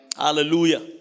Hallelujah